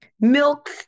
milk